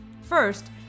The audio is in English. First